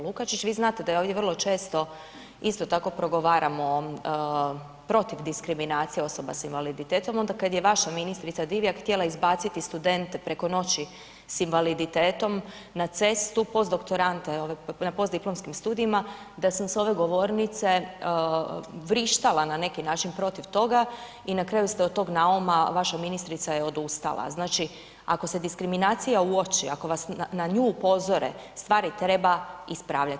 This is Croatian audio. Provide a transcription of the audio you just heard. Lukačić, vi znate da ovdje vrlo često isto tako progovaramo protiv diskriminacije osoba sa invaliditetom, onda kad je vaša ministrica Divjak htjela izbaciti studente preko noći sa invaliditetom na cestu, postdoktorante na postdiplomskim studijama, da sam s ove govornice vrištala na neki način protiv toga i na kraju ste od tog nauma vaša ministrica je odustala, znači ako se diskriminacija uoči, ako vas na nju upozore, stvari treba ispravljati.